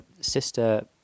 sister